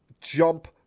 jump